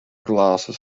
glasses